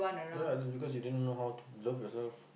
ya because you didn't know how to love yourself